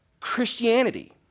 Christianity